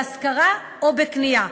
בהשכרה או בקנייה.